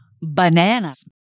bananas